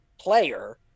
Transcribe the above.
player